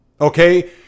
Okay